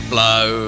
Blow